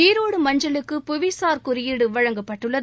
ஈரோடு மஞ்சுளுக்கு புவிசார் குறியீடு வழங்கப்பட்டுள்ளது